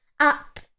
up